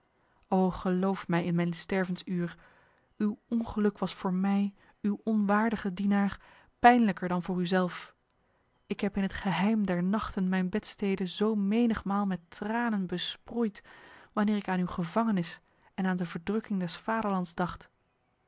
o geloof mij in mijn stervensuur uw ongeluk was voor mij uw onwaardige dienaar pijnlijker dan voor uzelf ik heb in het geheim der nachten mijn bedstede zo menigmaal met tranen besproeid wanneer ik aan uw gevangenis en aan de verdrukking des vaderlands dacht